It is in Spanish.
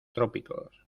trópicos